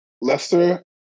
Leicester